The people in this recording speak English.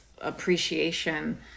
appreciation